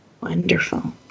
Wonderful